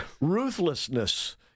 ruthlessness